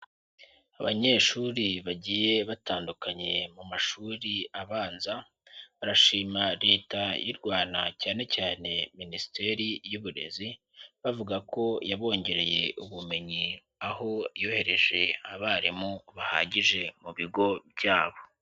Abanyeshuri bagiye batandukanye mu mashuri abanza, barashima leta y'u Rwanda cyane cyane minisiteri y'uburezi, bavuga ko yabongereye ubumenyi aho yohereje abarimu bahagije mu bigo byabo.